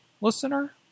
listener